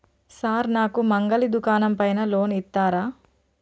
Sir నాకు మంగలి దుకాణం పైన లోన్ ఇత్తరా?